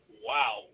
Wow